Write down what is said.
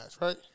right